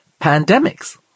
pandemics